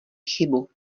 chybu